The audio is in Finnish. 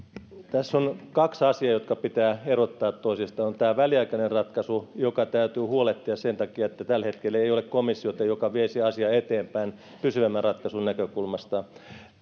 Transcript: tässä on kaksi asiaa jotka pitää erottaa toisistaan on tämä väliaikainen ratkaisu josta täytyy huolehtia sen takia että tällä hetkellä ei ole komissiota joka veisi asiaa eteenpäin pysyvämmän ratkaisun näkökulmasta